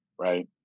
right